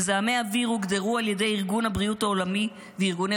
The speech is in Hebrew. מזהמי האוויר הוגדרו על ידי ארגון הבריאות העולמי וארגוני